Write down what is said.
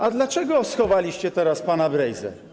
A dlaczego schowaliście teraz pana Brejzę?